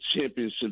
championship